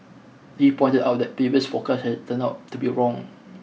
he pointed out that previous forecasts had turned out to be wrong